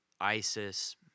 ISIS